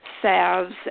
salves